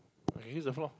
I can use the floor